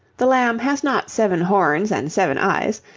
the lamb has not seven horns and seven eyes,